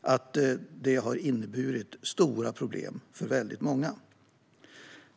Och det har inneburit stora problem för många.